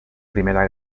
primera